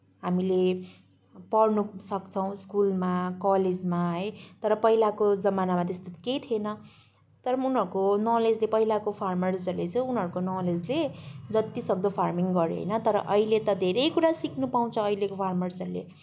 हामीले पढ्न सक्छौँ स्कुलमा कलेजमा है तर पहिलाको जमानामा त्यस्तो त केही थिएन तर पनि उनिहरूको नलेजले पहिलाको फारमर्सहरूले चाहिँ उनीहरूको नलेजले जति सक्दो फार्मिङ गरे होइन तर अहिले त धेरै कुरो सिक्न पाउँछ अहिलेको फारमर्सहरूले